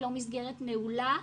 היא לא מסגרת נעולה,